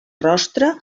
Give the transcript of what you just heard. rostre